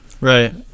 Right